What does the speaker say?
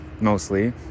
mostly